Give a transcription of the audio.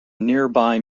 nearby